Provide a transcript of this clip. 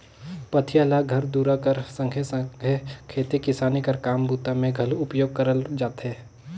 पथिया ल घर दूरा कर संघे सघे खेती किसानी कर काम बूता मे घलो उपयोग करल जाथे